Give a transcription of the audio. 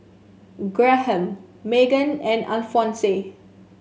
Graham Meggan and Alfonse